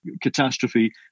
catastrophe